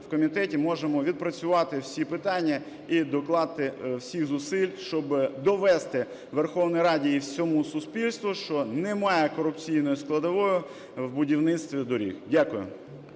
в комітеті можемо відпрацювати всі питання і докласти всіх зусиль, щоб довести Верховній Раді і всьому суспільству, що немає корупційної складової в будівництві доріг. Дякую.